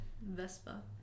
Vespa